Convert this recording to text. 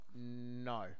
No